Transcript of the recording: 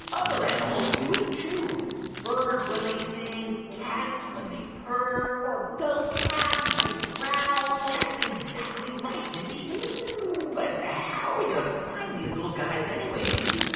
other animals do it, too birds when they sing, cats when they purr or ghost crabs when they growl that's exactly right, mindy but how are we going to find these little guys anyway, mindy?